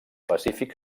pacífic